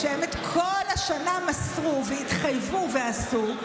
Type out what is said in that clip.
הם את כל השנה מסרו והתחייבו ועשו,